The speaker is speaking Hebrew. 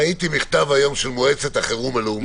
ראיתי מכתב היום של מועצת החירום הלאומית.